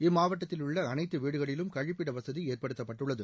இம்மாவட்டத்தில் உள்ள அனைத்து வீடுகளிலும் கழிப்பிட வசதி ஏற்படுத்தப்பட்டுள்ளது